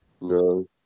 No